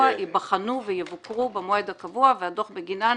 ייבחנו ויבוקרו במועד הקבוע והדוח בגינן